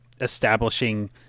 establishing